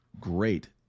great